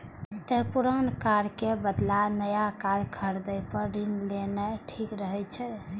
तें पुरान कार के बदला नया कार खरीदै पर ऋण लेना ठीक रहै छै